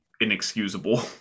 inexcusable